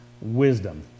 wisdom